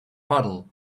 puddle